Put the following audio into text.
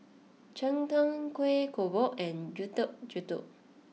Cheng Tng Kuih Kodok and Getuk Getuk